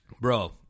Bro